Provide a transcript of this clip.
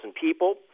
people